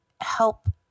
help